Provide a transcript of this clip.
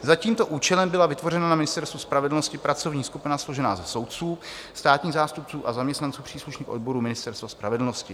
Za tímto účelem byla vytvořena na Ministerstvu spravedlnosti pracovní skupina složená ze soudců, státních zástupců a zaměstnanců příslušných odborů Ministerstva spravedlnosti.